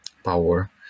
power